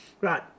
Right